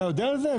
אתה יודע על זה?